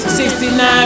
69